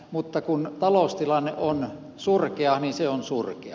mutta kun taloustilanne on surkea niin se on surkea